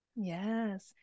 Yes